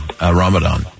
Ramadan